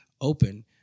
open